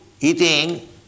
eating